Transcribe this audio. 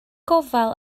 gofal